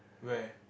where